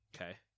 Okay